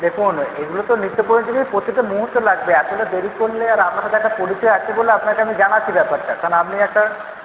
দেখুন এগুলো তো নিত্য প্রয়োজনীয় প্রতিটা মুহুর্তে লাগবে এতটা দেরি করলে আর আপনার সাথে একটা পরিচয় আছে বলে আপনাকে জানাচ্ছি ব্যাপারটা কারণ আপনি একটা